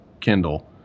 Kindle